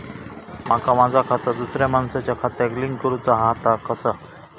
माका माझा खाता दुसऱ्या मानसाच्या खात्याक लिंक करूचा हा ता कसा?